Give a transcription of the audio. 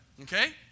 Okay